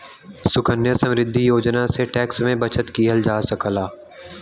सुकन्या समृद्धि योजना से टैक्स में बचत किहल जा सकला